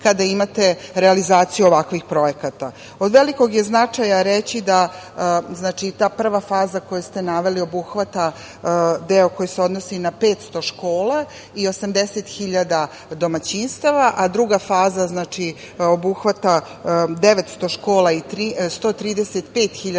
kada imate realizaciju ovakvih projekata. Od velikog je značaja reći da ta prva faza koju ste naveli obuhvata deo koji se odnosi na 500 škola i 80 hiljada domaćinstava, a druga faza obuhvata 900 škola i 135 hiljada domaćinstava.